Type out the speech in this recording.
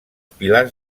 pilars